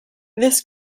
this